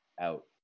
out